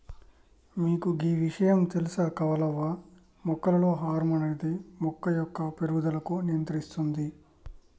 మీకు గీ ఇషయాం తెలుస కమలవ్వ మొక్కలలో హార్మోన్ అనేది మొక్క యొక్క పేరుగుదలకు నియంత్రిస్తుంది